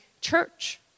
church